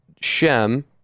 Shem